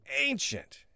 ancient